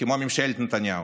וגם ממתינים